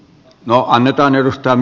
no annetaan yhtään